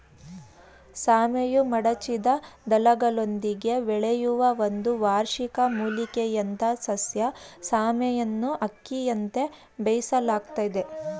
ಸಾಮೆಯು ಮಡಚಿದ ದಳಗಳೊಂದಿಗೆ ಬೆಳೆಯುವ ಒಂದು ವಾರ್ಷಿಕ ಮೂಲಿಕೆಯಂಥಸಸ್ಯ ಸಾಮೆಯನ್ನುಅಕ್ಕಿಯಂತೆ ಬೇಯಿಸಲಾಗ್ತದೆ